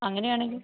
അങ്ങനെയാണെങ്കിൽ